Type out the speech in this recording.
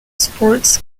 sports